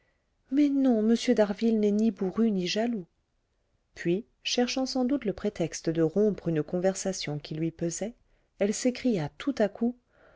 mais non m d'harville n'est ni bourru ni jaloux puis cherchant sans doute le prétexte de rompre une conversation qui lui pesait elle s'écria tout à coup